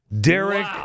Derek